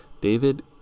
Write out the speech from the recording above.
David